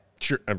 Sure